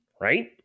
right